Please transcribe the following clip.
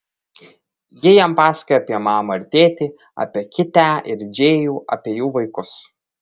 ji jam pasakoja apie mamą ir tėtį apie kitę ir džėjų apie jų vaikus